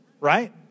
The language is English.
right